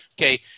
Okay